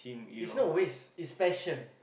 it's not waste it's passion